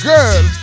Girl